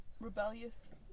Rebellious